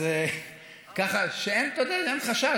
ככה שאין חשש.